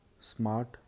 smart